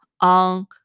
on